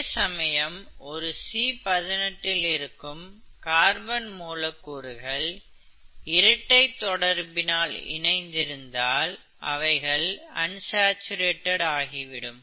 அதேசமயம் ஒரு C18 இல் இருக்கும் கார்பன் மூலக்கூறுகள் இரட்டை தொடர்பினால் இணைந்து இருந்தால் அவைகள் அன்சாச்சுரேட்டட் ஆகிவிடும்